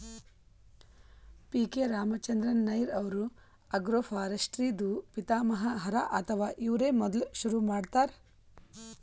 P K Ramachandran Nair ಅವ್ರು agroforestry ದೂ ಪಿತಾಮಹ ಹರಾ ಅಥವಾ ಇವ್ರೇ ಮೊದ್ಲ್ ಶುರು ಮಾಡ್ಯಾರ್